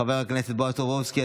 חבר הכנסת בועז טופורובסקי,